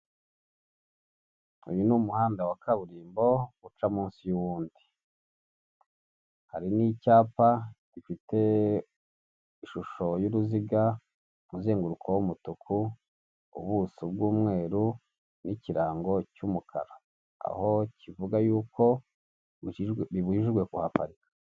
Uyu ni umuhanda wa kaburimbo uca munsi y'uwundi, hari n'icyapa gifite ishusho y'uruziga umuzenguruko w'umutuku ubuso bw'umweru n'ikirango cy'umukara, aho kivuga yuko bibujijwe kuhaparika.